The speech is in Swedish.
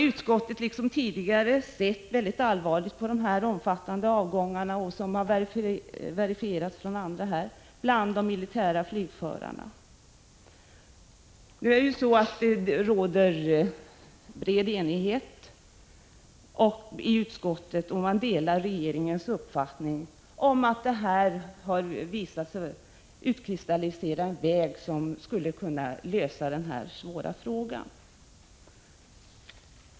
Utskottet ser liksom tidigare allvarligt på de omfattande avgångarna bland militära flygförare, vilket har verifierats av andra talare här. Det råder bred enighet i utskottet, och vi delar regeringens uppfattning att det har utkristalliserats en väg när det gäller att lösa denna svåra fråga.